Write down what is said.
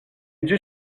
dut